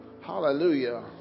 Hallelujah